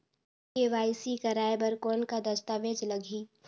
KYC कराय बर कौन का दस्तावेज लगही?